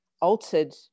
altered